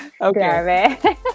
Okay